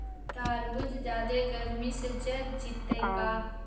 तारबुज जादे गर्मी से जर जितै का?